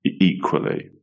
equally